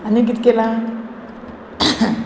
आनी कित केलां